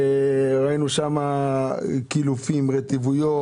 ראינו דירות מתקלפות ורטיבות.